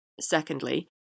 Secondly